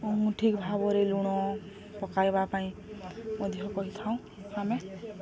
ମୁଁ ଠିକ୍ ଭାବରେ ଲୁଣ ପକାଇବା ପାଇଁ ମଧ୍ୟ କହିଥାଉଁ ଆମେ